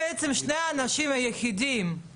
שדיברו בעילום שם בגלל שהיו מפוחדים,